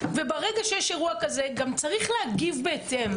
וברגע שיש אירוע כזה גם צריך להגיב בהתאם.